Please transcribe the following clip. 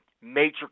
major